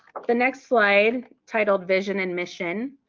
the next slide titled vision and mission.